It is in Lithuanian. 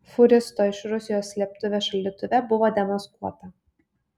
fūristo iš rusijos slėptuvė šaldytuve buvo demaskuota